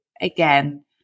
again